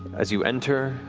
as you enter,